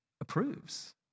approves